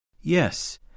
Yes